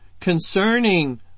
concerning